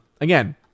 Again